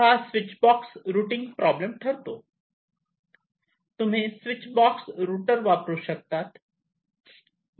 हा switch box routing problem ठरतो तुम्ही स्विच बॉक्स रुटर वापरू शकतात